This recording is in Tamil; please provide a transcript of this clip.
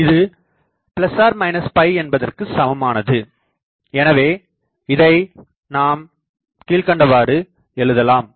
இதுஎன்பதற்குசமமானது எனவே இதை நாம் கீழ்க்கண்டவாறு எழுதலாம்